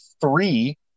three